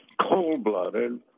cold-blooded